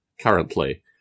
currently